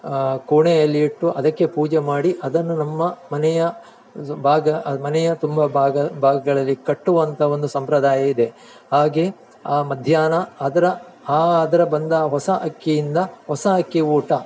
ಕೋಣೆಯಲ್ಲಿ ಇಟ್ಟು ಅದಕ್ಕೆ ಪೂಜೆ ಮಾಡಿ ಅದನ್ನು ನಮ್ಮ ಮನೆಯ ಭಾಗ ಮನೆಯ ತುಂಬ ಭಾಗ ಭಾಗಗಳಲ್ಲಿ ಕಟ್ಟುವಂಥ ಒಂದು ಸಂಪ್ರದಾಯ ಇದೆ ಹಾಗೇ ಆ ಮಧ್ಯಾಹ್ನ ಅದರ ಅದರ ಬಂದ ಹೊಸ ಅಕ್ಕಿಯಿಂದ ಹೊಸ ಅಕ್ಕಿ ಊಟ